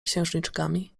księżniczkami